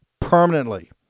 permanently